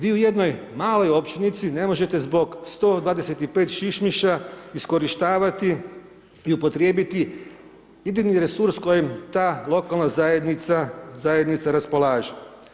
Vi u jednoj maloj općinici ne možete zbog 125 šišmiša iskorištavati i upotrijebiti idejni resurs kojim ta lokalna zajednica raspolaže.